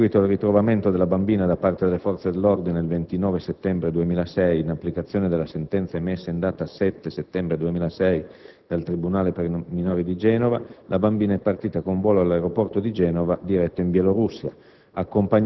In seguito al ritrovamento della bambina, da parte delle forze dell'ordine, il 29 settembre 2006, in applicazione della sentenza emessa in data 7 settembre 2006 dal tribunale per i minorenni di Genova, la bambina è partita con un volo dall'aeroporto di Genova diretto in Bielorussia,